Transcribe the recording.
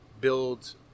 build